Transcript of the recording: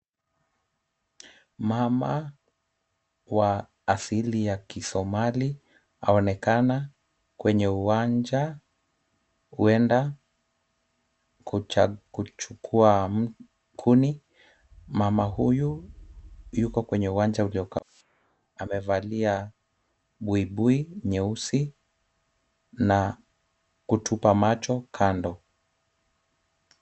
Mama wa asili ya kisomali aonekana kwenye uwanja kuenda kuchukua kuni .Mama Huyu hupo kwenye uwanja , amevalia buibui nyeusi na kutupa macho kando.